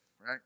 right